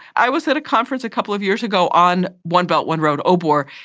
i was at a conference a couple of years ago on one belt one road, obor,